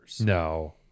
No